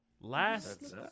last